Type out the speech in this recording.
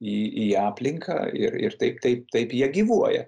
į į aplinką ir ir taip taip taip jie gyvuoja